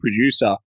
producer